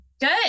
Good